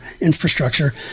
infrastructure